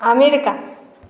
America